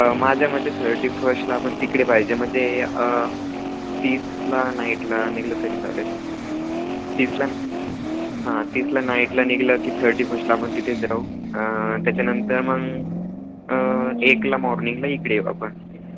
माझ्या मते थर्टी फर्स्टला आपण तिकडे पाहिजे म्हणजे तीसला नाईटला निघालं तरी चालेल तीसला हां तीसला नाईटला निघालं की थर्टी फस्टला आपण तिथेच राहू त्याच्यानंतर मग एकला मॉर्निंगला इकडे येऊ आपण